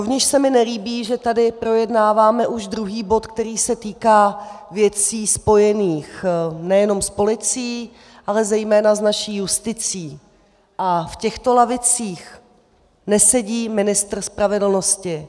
Rovněž se mi nelíbí, že tady projednáváme už druhý bod, který se týká věcí spojených nejenom s policií, ale zejména s naší justicí, a v těchto lavicích nesedí ministr spravedlnosti.